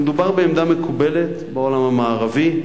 המדובר בעמדה מקובלת בעולם המערבי,